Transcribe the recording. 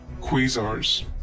Quasars